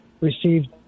Received